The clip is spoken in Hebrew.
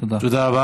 תודה.